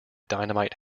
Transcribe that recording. dynamite